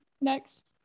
next